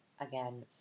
again